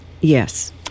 Yes